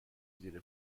زیر